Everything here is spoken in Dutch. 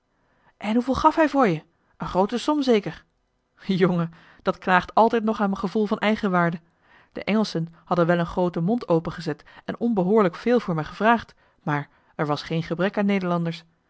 en hoeveel gaf hij voor je een groote som zeker jongen dat knaagt altijd nog aan m'n gevoel van eigenwaarde de engelschen hadden wel een grooten mond opengezet en onbehoorlijk veel voor mij gevraagd maar er was geen gebrek aan nederlanders